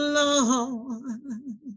Lord